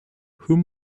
whom